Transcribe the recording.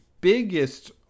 biggest